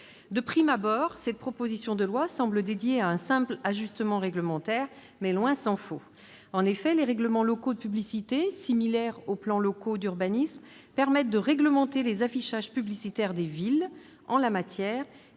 De prime abord, cette proposition de loi semble ne procéder qu'à un simple ajustement réglementaire, mais tant s'en faut. En effet, les règlements locaux de publicité, similaires aux plans locaux d'urbanisme, permettent de réglementer les affichages publicitaires des villes. En la matière,